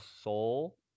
Soul